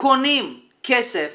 קונים כסף